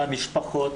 והמשפחות?